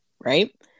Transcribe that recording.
Right